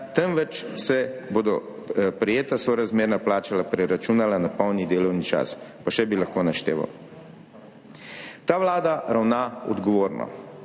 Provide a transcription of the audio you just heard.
temveč se bodo prejeta sorazmerna plača preračunala na polni delovni čas, pa še bi lahko našteval. Ta vlada ravna odgovorno.